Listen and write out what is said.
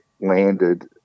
landed